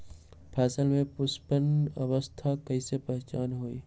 फसल में पुष्पन अवस्था कईसे पहचान बई?